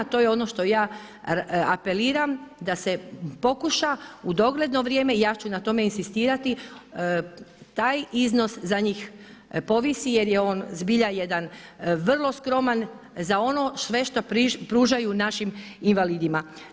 To je ono što ja apeliram da se pokuša u dogledno vrijeme i ja ću na tome inzistirati, taj iznos za njih povisi jer je on zbilja jedan skroman za ono sve što pružaju našim invalidima.